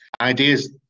ideas